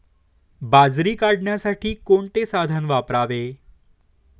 बाजरी काढण्यासाठी कोणते साधन वापरावे?